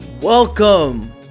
Welcome